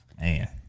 Man